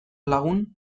lagun